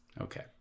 Okay